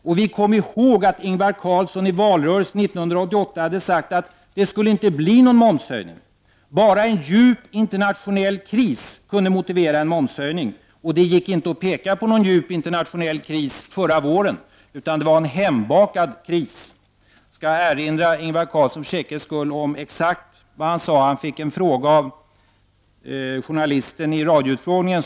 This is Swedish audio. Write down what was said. Och vi kommer ihåg att Ingvar Carlsson i valrörelsen 1988 hade sagt att det inte skulle bli någon momshöjning. Han sade att bara en djup internationell kris kunde motivera en momshöjning. Men det gick inte att peka på någon djup internationell kris förra våren, utan det var en hembakad kris. Jag skall för säkerhets skull erinra Ingvar Carlsson om exakt vad han sade när han fick en fråga av journalisten vid radioutfrågningen.